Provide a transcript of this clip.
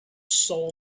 soul